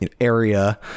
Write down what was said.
area